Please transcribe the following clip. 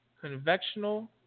conventional